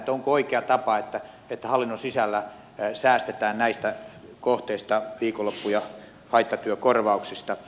onko oikea tapa että hallinnon sisällä säästetään näistä kohteista viikonloppu ja haittatyökorvauksista